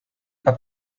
pas